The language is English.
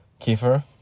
Kiefer